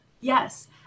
Yes